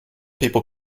people